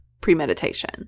premeditation